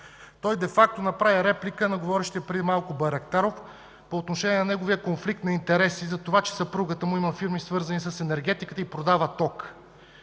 Той направи реплика де факто на говорещия преди него Байрактаров по отношение на неговия конфликт на интереси, защото съпругата му има фирми, свързани с енергетиката, и продава ток.